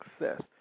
success